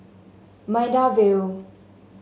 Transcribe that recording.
Maida Vale